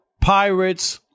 Pirates